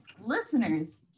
listeners